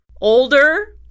older